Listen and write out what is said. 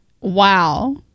Wow